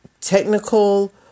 technical